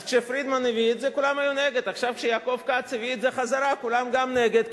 אז, כשפרידמן הביא את זה, כולם היו נגד.